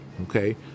okay